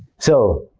so,